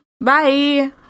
bye